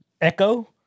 Echo